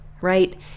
Right